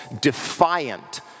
defiant